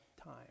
time